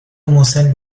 مسن